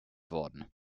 worden